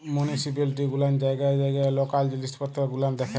municipality গুলান জায়গায় জায়গায় লকাল জিলিস পত্তর গুলান দেখেল